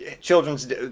children's